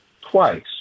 twice